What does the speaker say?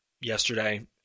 yesterday